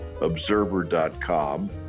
Observer.com